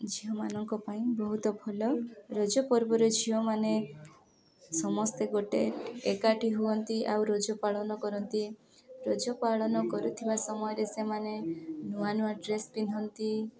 ଝିଅମାନଙ୍କ ପାଇଁ ବହୁତ ଭଲ ରଜ ପର୍ବରେ ଝିଅମାନେ ସମସ୍ତେ ଗୋଟେ ଏକାଠି ହୁଅନ୍ତି ଆଉ ରଜ ପାଳନ କରନ୍ତି ରଜ ପାଳନ କରୁଥିବା ସମୟରେ ସେମାନେ ନୂଆ ନୂଆ ଡ୍ରେସ୍ ପିନ୍ଧନ୍ତି